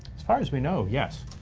as far as we know, yes.